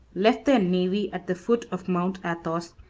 left their navy at the foot of mount athos,